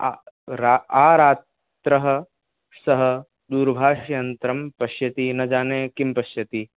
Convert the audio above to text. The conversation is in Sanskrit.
आ रा आरात्रं सः दूरभाष्यन्तरं पश्यति न जाने किं पश्यति